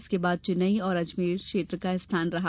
उसके बाद चैन्नई और अजमेर क्षेत्र का स्थान रहा